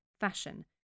fashion